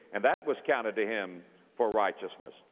and that, was counted to him for righteousness.